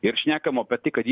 ir šnekama apie tai kad jį